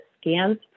scans